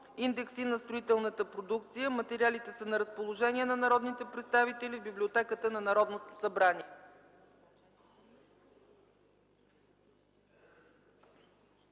индекси на строителната продукция. Материалите са на разположение на народните представители в Библиотеката на Народното събрание.